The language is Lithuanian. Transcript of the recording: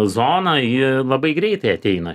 zona ji labai greitai ateina